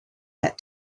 that